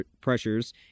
pressures